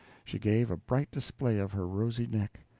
she gave a bright display of her rosy neck,